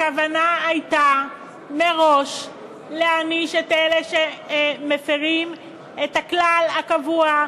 הכוונה הייתה מראש להעניש את אלה שמפרים את הכלל הקבוע,